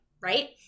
right